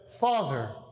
Father